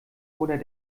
oder